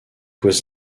was